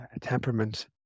temperament